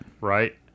Right